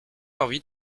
envie